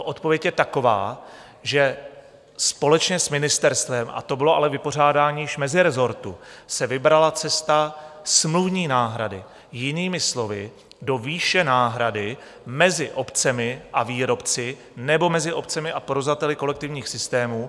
Odpověď je taková, že společně s ministerstvem, a to bylo ale již vypořádání mezirezortu, se vybrala cesta smluvní náhrady, jinými slovy, do výše náhrady mezi obcemi a výrobci, nebo mezi obcemi a provozovateli kolektivních systémů.